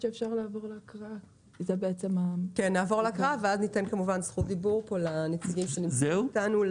נעבור להקראה ואז ניתן כמובן זכות דיבור לנציגים שנמצאים איתנו.